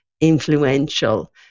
influential